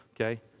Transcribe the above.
okay